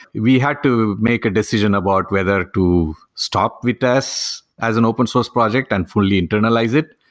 we had to make a decision about whether to stop vitess as an open source project and fully internalize it,